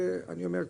שאני אומר,